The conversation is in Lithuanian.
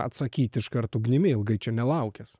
atsakyt iškart ugnimi ilgai čia nelaukęs